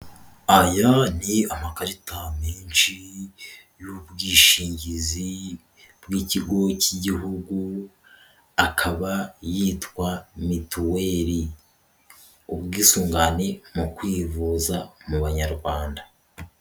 Aya ni amakarita menshi y'ubwishingizi bw'ikigo cy'igihugu akaba yitwa mituweri, ubwisungane mu kwivuza mu banyarwanda.